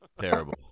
terrible